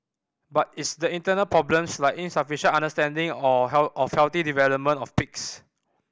but it's the internal problems like insufficient understanding or of health development of pigs